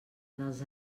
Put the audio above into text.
dels